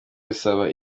bisaba